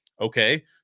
Okay